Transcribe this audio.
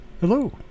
Hello